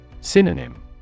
Synonym